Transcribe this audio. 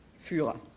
Führer